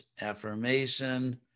affirmation